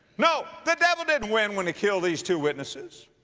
no. the devil didn't win when he killed these two witnesses.